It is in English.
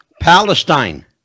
Palestine